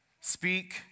speak